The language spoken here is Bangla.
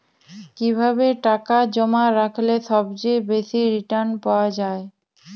কিভাবে টাকা জমা রাখলে সবচেয়ে বেশি রির্টান পাওয়া য়ায়?